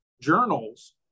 journals